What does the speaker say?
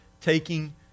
taking